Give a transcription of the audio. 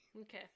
Okay